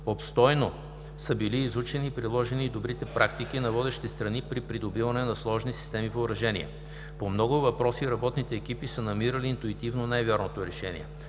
Обстойно са били изучени и приложени и добрите практики на водещи страни при придобиване на сложни системи въоръжение. По много въпроси работните екипи са намирали интуитивно най-вярното решение.